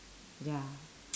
ya